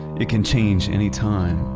it can change anytime.